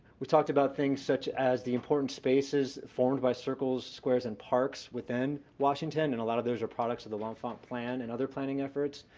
we talked about things such as the important spaces formed by circles, squares and parks within washington, and a lot of those are products of the l'enfant plan and other planning efforts.